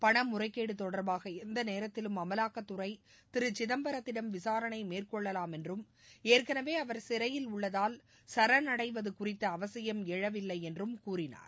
பணமுறைகேடு தொடர்பாக எந்த நேரத்திலும் அமலாக்கத்துறை திரு சிதம்பரத்திடம் விசாரணை மேற்கொள்ளலாம் என்றும் எஏற்களவே அவர் சிறையில் உள்ளதால் சரணடைவது குறித்த அவசியம் எழவில்லை என்றும் கூறினார்